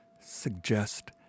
suggest